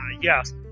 yes